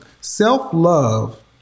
self-love